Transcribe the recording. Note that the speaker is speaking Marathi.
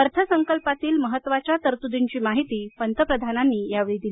अर्थसंकल्पातील महत्त्वाच्या तरतूदींची माहिती पंतप्रधानांनी दिली